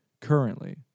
currently